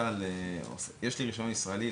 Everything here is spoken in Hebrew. יש לי רישיון ישראלי.